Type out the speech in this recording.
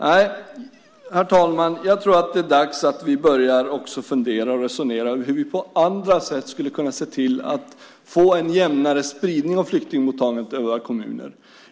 Nej, herr talman, jag tror att det är dags att vi börjar fundera och resonera hur vi på andra sätt skulle kunna se till att få en jämnare spridning av flyktingmottagandet över våra kommuner.